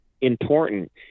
important